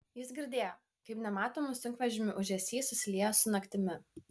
jis girdėjo kaip nematomų sunkvežimių ūžesys susilieja su naktimi